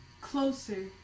Closer